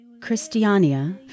Christiania